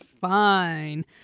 fine